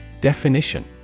Definition